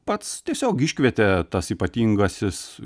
pats tiesiog iškvietė tas ypatingasis